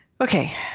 Okay